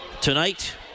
tonight